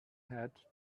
had